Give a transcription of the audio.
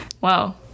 Wow